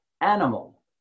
animal